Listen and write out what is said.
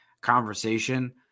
conversation